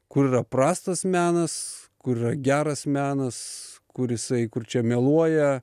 kur yra prastas menas kur yra geras menas kur jisai kur čia meluoja